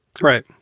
Right